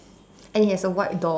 and it has a white door